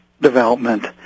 development